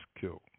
killed